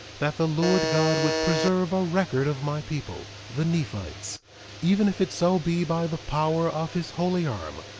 that the lord god would preserve a record of my people, the nephites even if it so be by the power of his holy arm,